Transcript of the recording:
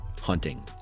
hunting